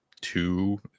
two